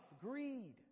greed